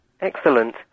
Excellent